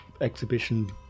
exhibition